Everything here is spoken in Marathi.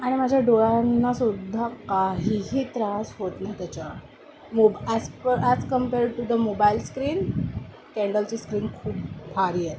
आणि माझ्या डोळ्यांनासुद्धा काहीही त्रास होत नाही त्याच्यात mob as as compare to the mobile screen कँडलची स्क्रीन खूप भारी आहे